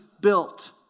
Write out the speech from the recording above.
built